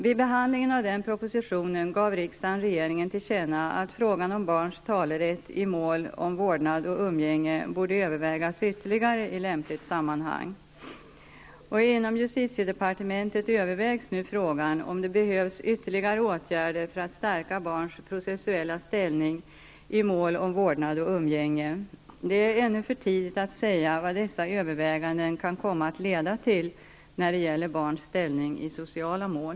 Vid behandlingen av den propositionen gav riksdagen regeringen till känna att frågan om barns talerätt i mål om vårdnad och umgänge borde övervägas ytterligare i lämpligt sammanhang. I justitiedepartementet övervägs nu frågan om det behövs ytterligare åtgärder för att stärka barns processuella ställning i mål om vårdnad och umgänge. Det är ännu för tidigt att säga vad dessa överväganden kan komma att leda till när det gäller barns ställning i sociala mål.